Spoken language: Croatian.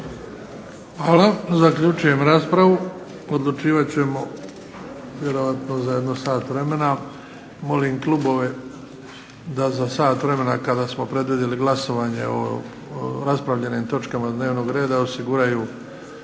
Hvala. Zaključujem raspravu. Odlučivat ćemo vjerojatno za sat vremena. Molim klubove da za sat vremena kada smo predvidjeli glasovanje o raspravljenim točkama dnevnog reda osiguraju